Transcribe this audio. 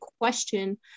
question